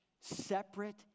separate